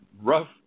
rough